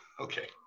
Okay